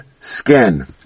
skin